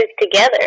together